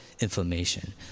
Inflammation